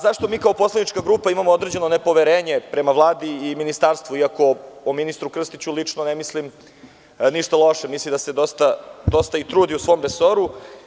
Zašto mi kao poslanička grupa imamo određeno nepoverenje prema Vladi i Ministarstvu, iako o ministru Krstiću lično ne mislim ništa loše, čak mislim da se dosta i trudi u svom resoru.